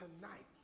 tonight